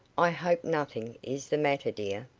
i hope nothing is the matter, dear.